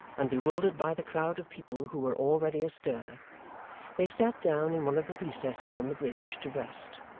and bewildered by the crowd of people who were already astir, they sat down in one of the recesses on the bridge, to rest.